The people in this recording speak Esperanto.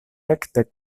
rekte